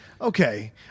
Okay